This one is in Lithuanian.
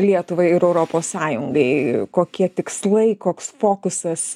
lietuvai ir europos sąjungai kokie tikslai koks fokusas